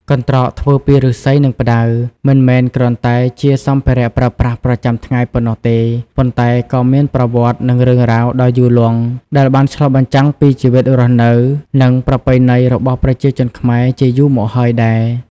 កន្ត្រកធ្វើពីឫស្សី និងផ្តៅ មិនមែនគ្រាន់តែជាសម្ភារៈប្រើប្រាស់ប្រចាំថ្ងៃប៉ុណ្ណោះទេ ប៉ុន្តែក៏មានប្រវត្តិ និងរឿងរ៉ាវដ៏យូរលង់ ដែលបានឆ្លុះបញ្ចាំងពីជីវិតរស់នៅ និងប្រពៃណីរបស់ប្រជាជនខ្មែរជាយូរមកហើយដែរ។